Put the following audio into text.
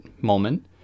moment